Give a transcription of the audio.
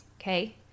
okay